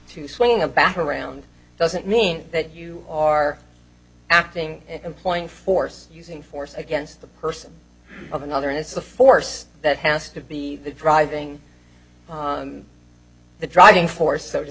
to swing a bat around doesn't mean that you are acting employing force using force against the person of another and it's the force that has to be the driving the driving force so to